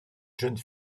jeune